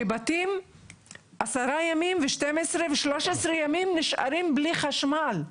שבתים 10 ימים ו-12 ו-13 ימים נשארים בלי חשמל.